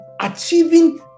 achieving